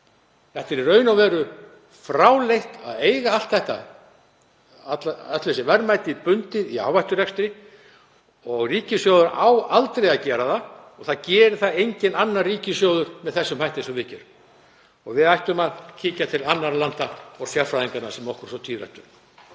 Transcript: Það er í raun og veru fráleitt að eiga öll þessi verðmæti bundin í áhætturekstri. Ríkissjóður á aldrei að gera það og það gerir það enginn annar ríkissjóður með þeim hætti sem við gerum. Við ættum að kíkja til annarra landa og sérfræðinganna sem okkur verður